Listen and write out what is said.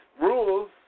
rules